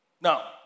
Now